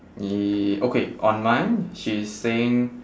ye~ okay on mine she is saying